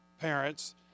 parents